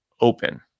open